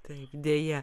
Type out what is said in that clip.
taip deja